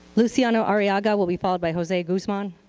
luciano ariaga will be followed by jose guzman.